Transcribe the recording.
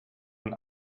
man